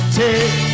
take